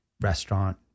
restaurant